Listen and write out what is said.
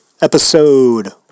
episode